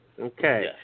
Okay